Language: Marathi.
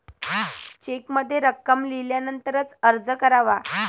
चेकमध्ये रक्कम लिहिल्यानंतरच अर्ज करावा